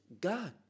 God